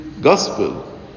Gospel